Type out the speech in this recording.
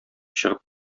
чыгып